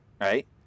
right